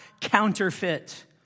counterfeit